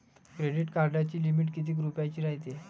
Credit कार्डाची limit कितीक रुपयाची रायते?